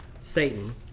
Satan